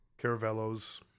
Caravello's